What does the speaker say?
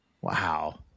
Wow